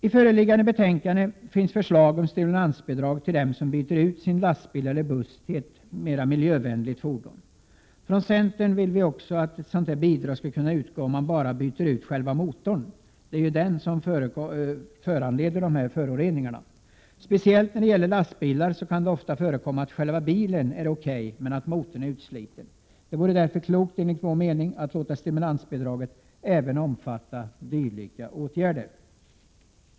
I föreliggande betänkande finns förslag om stimulansbidrag till dem som byter ut sin lastbil eller buss till ett mera miljövänligt fordon. Vi i centern vill att bidrag också skall kunna utgå om man väljer att endast byta ut motorn. Det är ju den som föranleder dessa föroreningar. Speciellt när det gäller lastbilar kan det ofta förekomma att själva bilen är okej, men att motorn är utsliten. Det vore därför klokt att låta stimulansbidraget även omfatta dylika åtgärder.